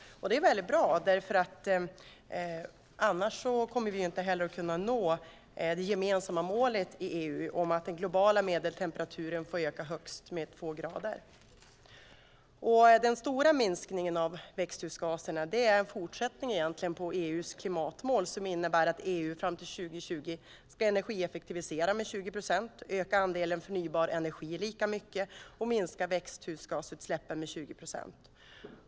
Det är väldigt bra. Annars kommer vi inte heller att kunna nå det gemensamma målet inom EU om att den globala medeltemperaturen får öka med högst 2 grader. Den stora minskningen av växthusgaser är egentligen en fortsättning på EU:s klimatmål, som innebär att EU fram till 2020 ska energieffektivisera med 20 procent, öka andelen förnybar energi lika mycket och minska växthusgasutsläppen med 20 procent.